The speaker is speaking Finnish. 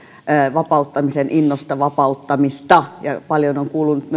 vapauttamisen innosta vapauttamista paljon